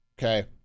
Okay